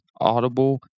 Audible